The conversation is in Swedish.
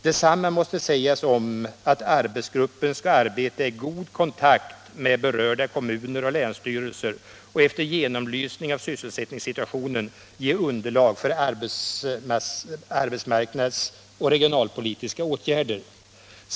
Detsamma måste sägas om att arbetsgruppen skall arbeta i god kontakt med berörda kommuner och länsstyrelser och efter genomlysning av sysselsättningssituationen ge underlag för arbetsmarknads och regionalpolitiska åtgärder.